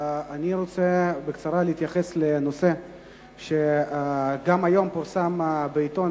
אני רוצה להתייחס בקצרה לנושא שהיום גם פורסם בעיתון,